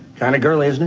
kind of girly, isn't